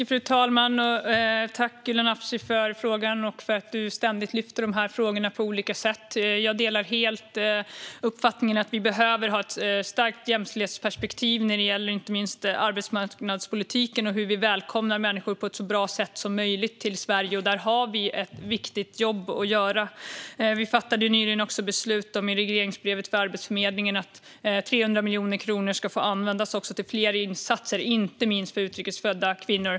Fru talman! Jag tackar Gulan Avci för frågan och för att hon ständigt lyfter upp dessa frågor på olika sätt. Jag delar helt uppfattningen att vi behöver ha ett starkt jämställdhetsperspektiv, inte minst när det gäller arbetsmarknadspolitiken och hur vi välkomnar människor på ett så bra sätt som möjligt till Sverige. Där har vi ett viktigt jobb att göra. Genom regleringsbrevet till Arbetsförmedlingen fattade vi nyligen beslut om att 300 miljoner kronor ska få användas till fler insatser, inte minst för utrikes födda kvinnor.